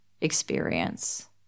experience